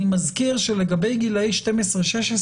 אני מזכיר שלגבי גילאי 12-16,